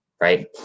right